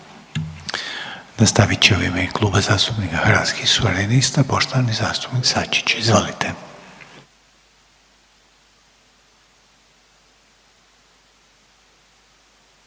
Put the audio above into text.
Nastavit će u ime Kluba zastupnika Hrvatskih suverenista poštovani zastupnik Sačić, izvolite.